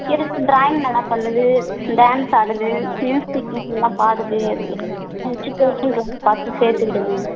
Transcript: இருக்குது ட்ராயிங் நல்லா பண்ணுது டான்ஸ் ஆடுது மியூசிக்கெலாம் நல்லா பாடுது ஏதாச்சும் கோச்சிங் க்ளாஸ் பார்த்து சேர்த்து விடுங்க